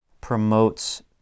promotes